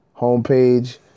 Homepage